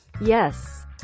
Yes